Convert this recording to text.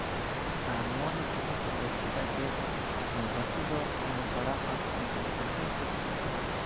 ᱟᱨ ᱱᱚᱣᱟ ᱨᱮᱱᱟᱜ ᱯᱨᱚᱵᱷᱟᱵ ᱫᱚ ᱡᱟᱹᱥᱛᱤ ᱠᱟᱭᱛᱮ ᱵᱟᱹᱲᱛᱤ ᱫᱚ ᱯᱟᱲᱟᱜᱼᱟ ᱱᱩᱠᱩ ᱥᱟᱱᱛᱟᱲ ᱠᱚ ᱪᱮᱛᱟᱱ ᱨᱮᱜᱮ